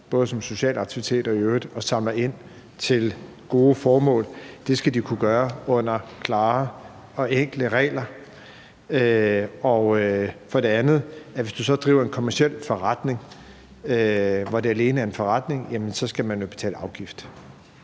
banko som social aktivitet, og som i øvrigt samler ind til gode formål, skal kunne gøre det under klare regler. Det andet er, at hvis man driver en kommerciel forretning, som alene er en forretning, så skal man betale en afgift.